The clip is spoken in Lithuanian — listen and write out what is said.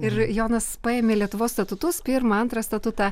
ir jonas paėmė lietuvos statutus pirmą antrą statutą